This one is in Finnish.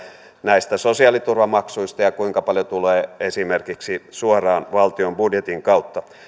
näistä sosiaaliturvamaksuista ja kuinka paljon tulee esimerkiksi suoraan valtion budjetin kautta